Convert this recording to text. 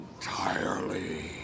entirely